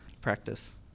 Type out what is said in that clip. practice